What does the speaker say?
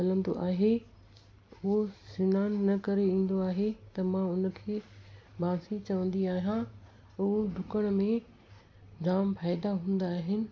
हलंदो आहे हू स्नानु न करे ईन्दो आहे त मां उनखे बांसीं चवंदी आहियां हू डुकण में जाम फ़ाइदा हूंदा आहिनि